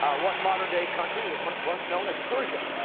ah what modern day country was once known as persia?